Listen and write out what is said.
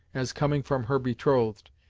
as coming from her betrothed,